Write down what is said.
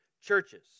churches